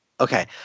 okay